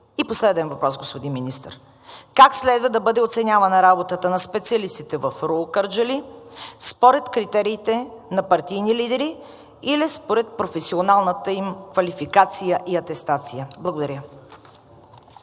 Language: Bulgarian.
И последен въпрос, господин Министър. Как следва да бъде оценявана работата на специалистите в РУО – Кърджали – според критериите на партийни лидери или според професионалната им квалификация и атестация? Благодаря.